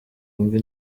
wumve